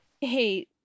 hey